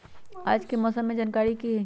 आज के मौसम के जानकारी कि हई?